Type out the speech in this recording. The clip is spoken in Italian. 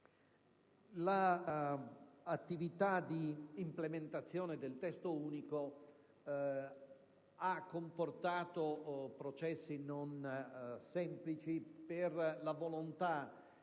L'attività di implementazione del Testo unico ha comportato processi non semplici per la volontà